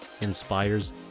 inspires